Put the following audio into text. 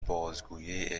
بازگویه